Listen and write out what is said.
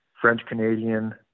French-Canadian